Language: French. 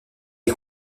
est